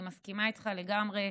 אני מסכימה איתך לגמרי,